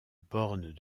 bornes